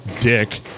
dick